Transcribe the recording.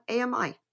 AMI